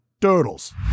turtles